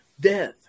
Death